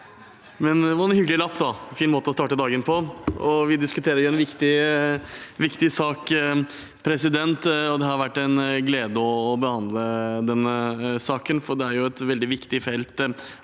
men det var en hyggelig lapp og en fin måte å starte dagen på. Vi diskuterer en viktig sak, og det har vært en glede å behandle denne saken. Det er et veldig viktig felt